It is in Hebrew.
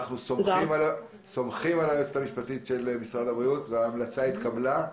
אנחנו סומכים על היועצת המשפטית של משרד הבריאות וההמלצה התקבלה.